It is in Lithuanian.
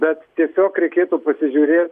bet tiesiog reikėtų pasižiūrėt